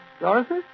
Dorothy